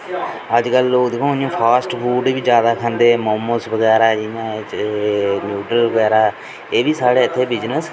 अजकल दिक्खो इ'यां फास्ट फूड बी जैदा खंदे मोमोज़़ बगैरा जि'यां एह् न्यूडल बगैरा एह् बी साढ़ै इत्थै बिजनेस